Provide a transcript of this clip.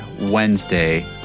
Wednesday